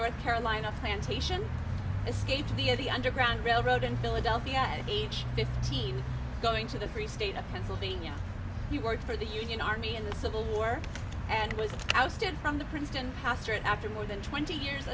north carolina fantasia escaped the underground railroad in philadelphia at age fifteen going to the free state of pennsylvania he worked for the union army in the civil war and was ousted from the princeton pastor after more than twenty years